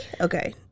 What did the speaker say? Okay